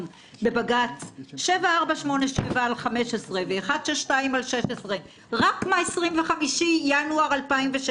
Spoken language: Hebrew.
בבג"ץ 7487/15 ו-162/16 רק מה-225 ינואר 2016